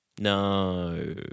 No